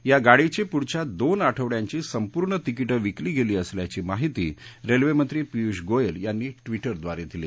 या गाडीची पुढच्या दोन आठवड्यांची संपूर्ण तिकीटं विकली गेली असल्याची माहिती रेल्वेमंत्री पियुष गोयल यांनी ट्विटरद्वारे दिली